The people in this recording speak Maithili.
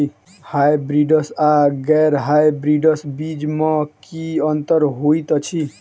हायब्रिडस आ गैर हायब्रिडस बीज म की अंतर होइ अछि?